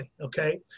okay